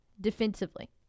defensively